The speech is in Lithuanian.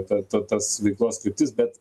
ta ta tas veiklos kryptis bet